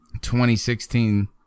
2016